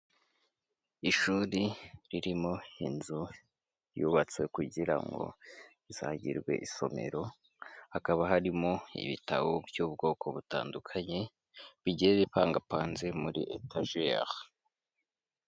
Ishuri ririmo inzu yubatswe kugira ngo izagirwe isomero, hakaba harimo ibitabo by'ubwoko butandukanye bigiye bipangapanze muri etajeri.